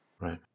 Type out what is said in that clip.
Right